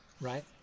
right